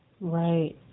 Right